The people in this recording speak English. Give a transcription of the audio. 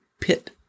pit